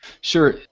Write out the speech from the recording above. Sure